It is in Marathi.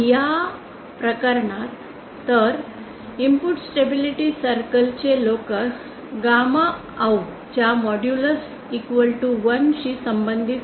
या प्रकरणात तर इनपुट स्टेबिलिटी सर्कल चे लोकस गॅमा आउट च्या मॉड्यूलस 1 शी संबंधित आहेत